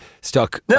stuck